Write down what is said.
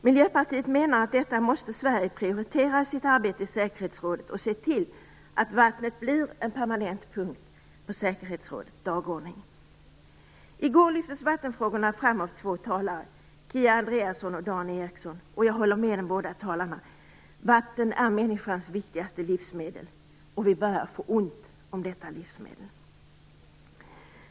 Miljöpartiet menar att Sverige måste prioritera detta i sitt arbete i säkerhetsrådet och se till att vattnet blir en permanent punkt på säkerhetsrådets dagordning. I går lyftes vattenfrågorna fram av två talare, Kia Andreasson och Dan Ericsson. Jag håller med de båda talarna. Vatten är människans viktigaste livsmedel och vi börjar få ont om detta livsmedel.